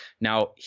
Now